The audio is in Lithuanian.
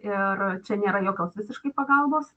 ir čia nėra jokios visiškai pagalbos